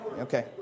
Okay